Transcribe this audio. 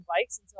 bikes